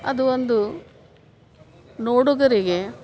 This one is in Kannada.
ಅದು ಒಂದು ನೋಡುಗರಿಗೆ